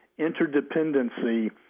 interdependency